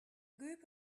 group